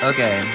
Okay